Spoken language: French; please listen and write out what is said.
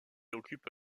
occupe